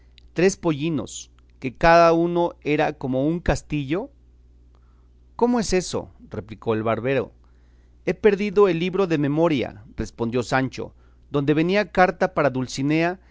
tres pollinos que cada uno era como un castillo cómo es eso replicó el barbero he perdido el libro de memoria respondió sancho donde venía carta para dulcinea